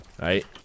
Right